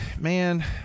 man